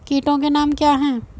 कीटों के नाम क्या हैं?